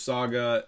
Saga